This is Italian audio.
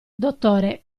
dottore